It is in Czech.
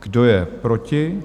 Kdo je proti?